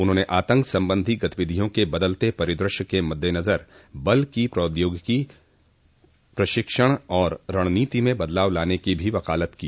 उन्होंने आतंक संबंधो गतिविधियों के बदलते परिदृश्य के मद्देनजर बल की प्रौद्योगिकी प्रशिक्षण और रणनीति में बदलाव लाने की भी वकालत की